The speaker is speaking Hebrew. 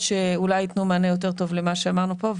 שאולי ייתנו מענה יותר טוב למה שאמרנו כאן.